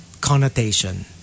connotation